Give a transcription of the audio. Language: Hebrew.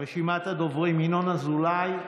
רשימת הדוברים: ינון אזולאי,